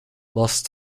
lost